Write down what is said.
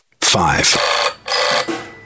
Five